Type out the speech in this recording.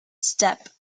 step